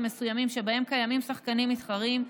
מסוימים שבהם קיימים שחקנים מתחרים,